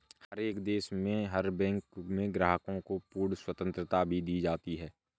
हर एक देश में हर बैंक में ग्राहकों को पूर्ण स्वतन्त्रता भी दी जाती है